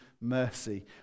mercy